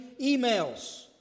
emails